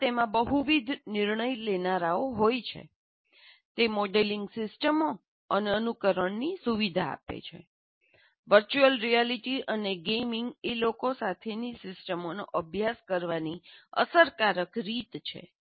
જ્યાં તેમાં બહુવિધ નિર્ણય લેનારાઓ હોય છે તે મોડેલિંગ સિસ્ટમો અને અનુકરણની સુવિધા આપે છે વર્ચ્યુઅલ રિયાલિટી અને ગેમિંગ એ લોકો સાથેની સિસ્ટમોનો અભ્યાસ કરવાની અસરકારક રીત છે